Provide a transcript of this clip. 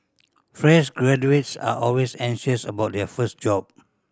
fresh graduates are always anxious about their first job